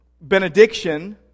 benediction